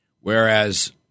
Whereas